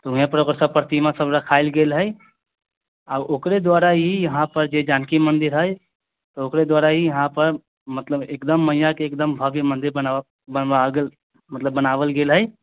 तऽ ओहेँ पर ओकर सब प्रतिमा सब रखाएल गेल है आ ओकरे द्वारा ही यहाँपर जे जानकी मन्दिर है ओकरे द्वारा ही यहाँ पर मतलब एकदम मैया के एकदम भव्य मन्दिर बनबा मतलब बनावल गेल है